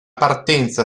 partenza